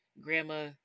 grandma